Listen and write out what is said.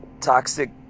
toxic